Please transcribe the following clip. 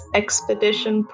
expedition